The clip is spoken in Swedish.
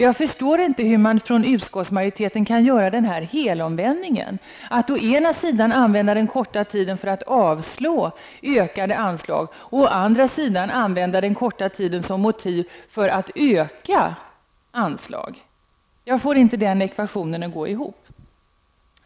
Jag förstår inte hur utskottsmajoriteten kan göra den här helomvändningen, att å ena sidan använda den korta tiden som förevändning för att avstyrka en ökning av anslagen och å andra sidan använda den korta tiden som motiv för att öka anslagen. Jag får inte den ekvationen att gå ihop.